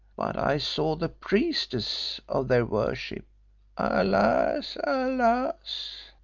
but i saw the priestess of their worship alas! alas!